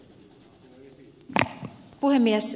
arvoisa puhemies